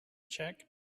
checked